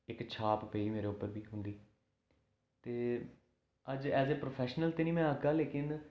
इक छाप पेई मेरे उप्पर बी उंदी ते अज्ज ऐज ए प्रोफैशनल ते निं में आखदा लेकिन